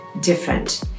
different